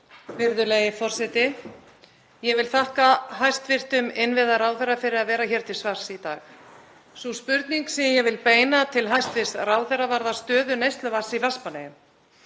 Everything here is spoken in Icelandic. Virðulegi forseti. Ég vil þakka hæstv. innviðaráðherra fyrir að vera hér til svars í dag. Sú spurning sem ég vil beina til ráðherra varðar stöðu neysluvatns í Vestmannaeyjum.